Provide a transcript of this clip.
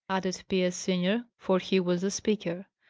added pierce senior, for he was the speaker,